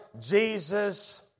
Jesus